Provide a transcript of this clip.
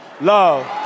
Love